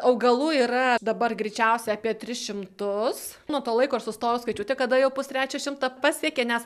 augalų yra dabar greičiausiai apie tris šimtus nuo to laiko aš sustojau skaičiuoti kada jau pustrečio šimto pasiekė nes